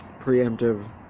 preemptive